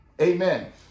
Amen